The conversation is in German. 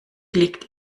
liegt